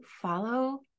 follow